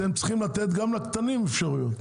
אתם צריכים לתת גם לקטנים אפשרות.